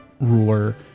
ruler